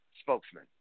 spokesman